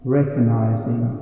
recognizing